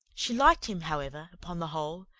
she liked him, however, upon the whole,